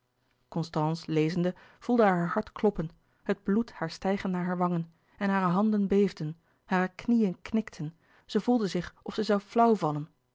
lezende voelde haar hart kloppen het bloed haar stijgen naar haar wangen en hare handen beefden hare knieën knikten zij voelde zich of zij zoû flauw vallen